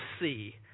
see